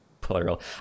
plural